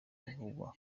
uvugwa